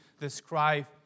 describe